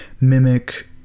mimic